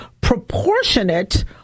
proportionate